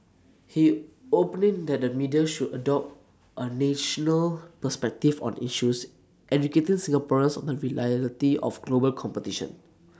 he opined that the media should adopt A national perspective on issues educating Singaporeans on the reality of global competition